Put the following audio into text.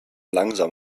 langsam